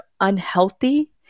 unhealthy